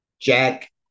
Jack